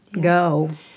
go